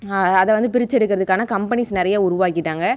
அதை வந்து பிரித்து எடுக்கிறதுக்கான கம்பனிஸ் நிறைய உருவாக்கிட்டாங்க